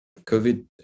COVID